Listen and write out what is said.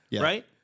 right